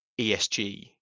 ESG